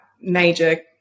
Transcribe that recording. major